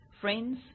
friends